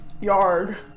Yard